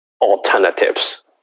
alternatives